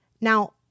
Now